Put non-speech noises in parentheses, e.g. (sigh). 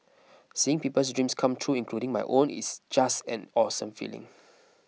seeing people's dreams come true including my own it's just an awesome feeling (noise)